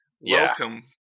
welcome